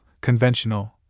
conventional